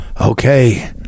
okay